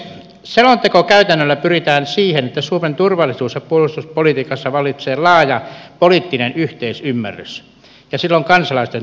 selontekokäytännöllä pyritään siihen että suomen turvallisuus ja puolustuspolitiikassa vallitsee laaja poliittinen yhteisymmärrys ja sillä on kansalaisten tuki